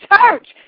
church